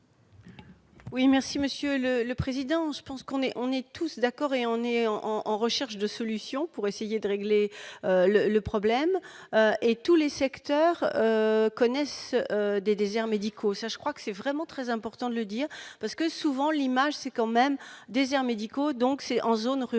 Oui, merci Monsieur le le président je pense qu'on est, on est tous d'accord et on est en en recherche de solutions pour essayer de régler le problème et tous les secteurs connaissent des déserts médicaux, ça je crois que c'est vraiment très important de le dire parce que souvent l'image, c'est quand même déserts médicaux, donc c'est en zone rurale,